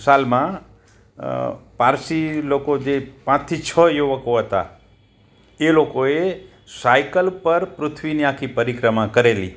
સાલમાં પારસી લોકો જે પાંચથી છ યુવકો હતા એ લોકોએ સાઈકલ પર પૃથ્વીની આખી પરિક્રમા કરેલી